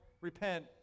repent